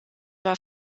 war